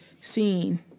seen